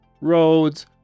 roads